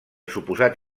suposat